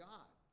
God